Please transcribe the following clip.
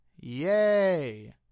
yay